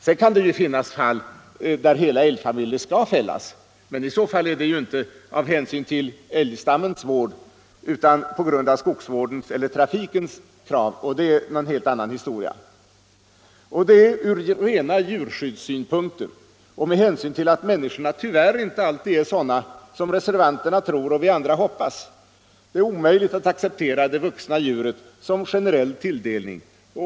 Sedan kan det ju finnas fall där hela älgfamiljer skall fällas, men i så fall är det inte av hänsyn till älgstammens vård utan på grund av skogsvårdens eller trafikens krav, och det är en annan historia. - Det är, från rena djurskyddssynpunkter och med hänsyn till att människorna tyvärr inte alltid är sådana som reservanterna tror och vi andra hoppas, omöjligt att acceptera det vuxna djuret som generell tilldelning.